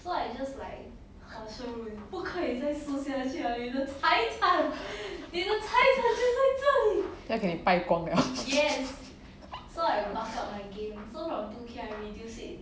可以拜公了